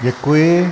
Děkuji.